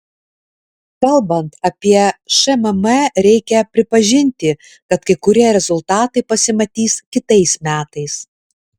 kalbant apie šmm reikia pripažinti kad kai kurie rezultatai pasimatys kitais metais